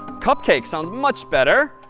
cupcake sounds much better.